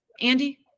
Andy